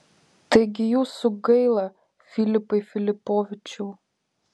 taigi jūsų gaila filipai filipovičiau